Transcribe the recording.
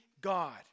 God